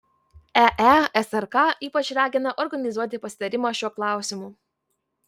eesrk ypač ragina organizuoti pasitarimą šiuo klausimu